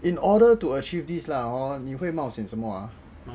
in order to achieve this lah hor 你会冒险什么 ah